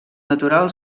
natural